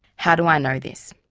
how do i know this?